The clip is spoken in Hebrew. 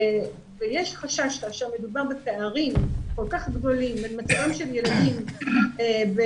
ויש חשש כאשר מדובר בפערים כל כך גדולים בין מצבם של ילדים באוכלוסייה